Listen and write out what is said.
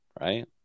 right